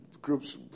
groups